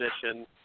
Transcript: position